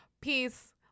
peace